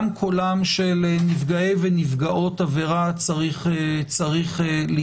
גם קולם של נפגעי ונפגעות עברה צריך להישמע.